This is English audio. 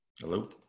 Hello